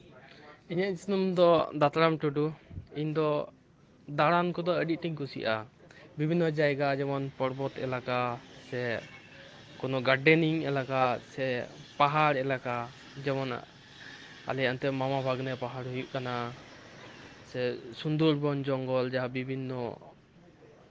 ᱤᱧᱟᱹᱜ ᱧᱩᱛᱩᱢ ᱫᱚ ᱫᱟᱛᱟᱨᱟᱢ ᱴᱩᱰᱩ ᱤᱧ ᱫᱚ ᱫᱟᱬᱟᱱ ᱠᱚᱫᱚ ᱟᱹᱰᱤ ᱟᱹᱴ ᱤᱧ ᱠᱩᱥᱤᱭᱟᱜᱼᱟ ᱵᱤᱵᱷᱤᱱᱱᱚ ᱡᱟᱭᱜᱟ ᱡᱮᱢᱚᱱ ᱯᱚᱨᱵᱚᱛ ᱮᱞᱟᱠᱟ ᱥᱮ ᱜᱟᱨᱰᱮᱱᱤᱝ ᱮᱞᱟᱠᱟ ᱥᱮ ᱯᱟᱦᱟᱲ ᱮᱞᱟᱠᱟ ᱡᱮᱢᱚᱱ ᱟᱞᱮ ᱚᱱᱛᱮ ᱢᱟᱢᱟ ᱵᱷᱟᱜᱽᱱᱮ ᱯᱟᱦᱟᱲ ᱦᱩᱭᱩᱜ ᱠᱟᱱᱟ ᱥᱮ ᱥᱩᱱᱫᱚᱨᱵᱚᱱ ᱡᱚᱝᱜᱚᱞ ᱡᱟᱦᱟᱸ ᱵᱤᱵᱷᱤᱱᱱᱚ